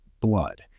blood